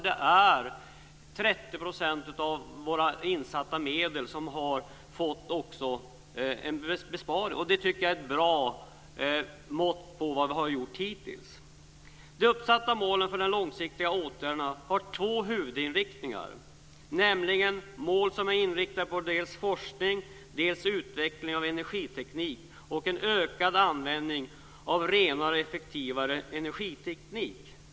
Det är 30 % av de insatta medlen som har gett en besparing. Jag tycker att det är ett bra mått på vad vi hittills har gjort. De uppsatta målen för de långsiktiga åtgärderna har två huvudinriktningar, nämligen mål som är inriktade på dels forskning, dels utveckling av energiteknik och en ökad användning av renare och effektivare energiteknik.